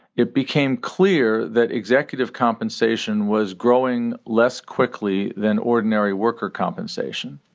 it became clear that executive compensation was growing less quickly than ordinary worker compensation